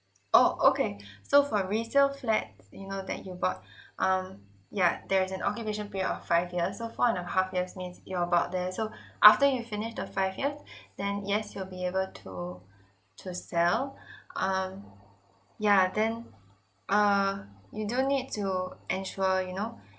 oh okay so for resale flats you know that you bought um yeah there is an occupation period of five years so four and a half years means you're about there so after you finish the five years then yes you'll be able to to sell um ya then uh you do need to ensure you know